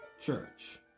Church